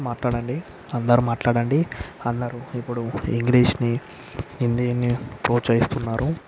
మాట్లాడండి అందరూ మాట్లాడండి అందరూ ఇప్పుడు ఇంగ్షీషుని హిందీని ప్రోత్సహిస్తున్నారు